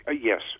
yes